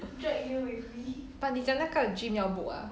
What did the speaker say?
but 你讲那个 gym 要 book ah